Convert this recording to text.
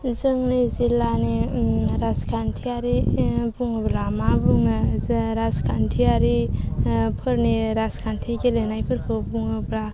जोंनि जिल्लानि राजखान्थियारि बुङोब्ला मा बुङो जे राजखान्थियारि फोरनि राजखान्थि गेलेनायफोरखौ बुङोब्ला